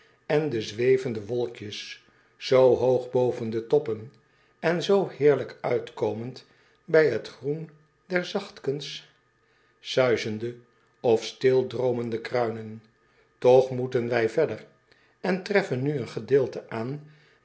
en de zwevende wolkjes zoo hoog boven de toppen en zoo heerlijk uitkomend bij het groen der zachtkens suisende of stil droomende kruinen och moeten wij verder en treffen nu een gedeelte aan